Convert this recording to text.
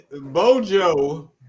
Bojo